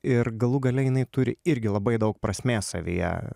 ir galų gale jinai turi irgi labai daug prasmės savyje